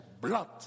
blood